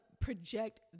project